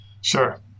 Sure